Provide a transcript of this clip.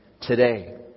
today